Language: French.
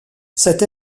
cette